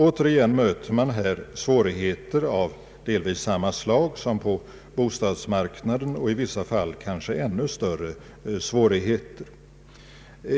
Återigen möter man här svårigheter av delvis samma slag som på bostadsmarknaden, i vissa fall kanske ännu större svårigheter.